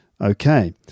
Okay